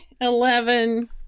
Eleven